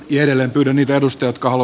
jäljelle mitä edustajat kaalo